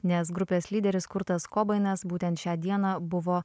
nes grupės lyderis kurtas kobainas nes būtent šią dieną buvo